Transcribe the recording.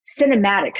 cinematic